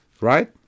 Right